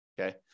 okay